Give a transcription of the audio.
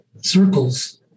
circles